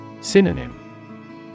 Synonym